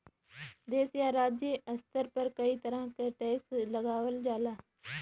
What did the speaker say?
देश या राज्य स्तर पर कई तरह क टैक्स लगावल जाला